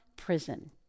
prison